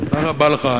תודה רבה לך.